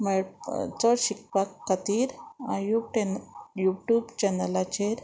मेळ चड शिकपा खातीर यू टेन यू ट्यूब चॅनलाचेर